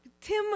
Tim